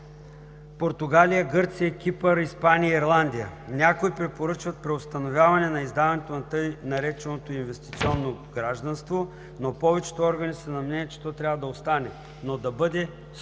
Португалия, Гърция, Кипър, Испания, Ирландия. Някои препоръчват преустановяване на издаването на така нареченото инвестиционно гражданство, но повечето органи са на мнение, че то трябва да остане, но да бъде строго